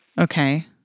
Okay